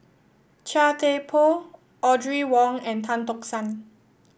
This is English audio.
Chia Thye Poh Audrey Wong and Tan Tock San